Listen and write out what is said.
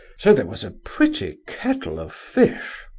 so there was a pretty kettle of fish.